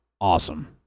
awesome